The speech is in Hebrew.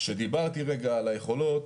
דיברתי על היכולות,